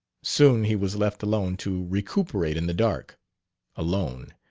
soon he was left alone to recuperate in the dark alone,